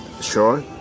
Sure